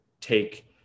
take